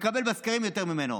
מקבל בסקרים יותר ממנו.